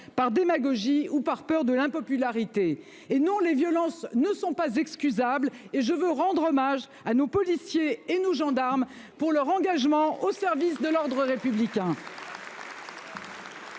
par démagogie ou par peur de l'impopularité. Non, les violences ne sont pas excusables et je veux rendre hommage à nos policiers et à nos gendarmes pour leur engagement au service de l'ordre républicain.